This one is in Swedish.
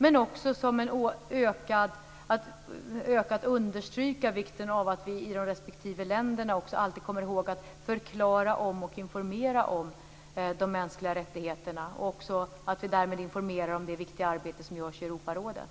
Det är också viktigt att understryka vikten av att vi i de respektive länderna alltid kommer ihåg att förklara och informera om de mänskliga rättigheterna och därmed även informerar om det viktiga arbete som görs i Europarådet.